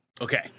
okay